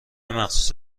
مخصوص